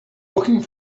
looking